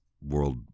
world